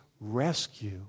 rescue